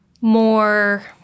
more